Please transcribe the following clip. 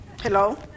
Hello